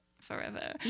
forever